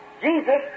Jesus